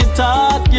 talk